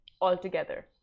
altogether